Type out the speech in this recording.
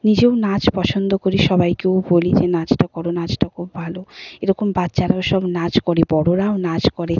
নিজেও নাচ পছন্দ করি সবাইকেও বলি যে নাচটা করো নাচটা খুব ভালো এরকম বাচ্চারাও সব নাচ করে বড়রাও নাচ করে